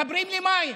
מחברים למים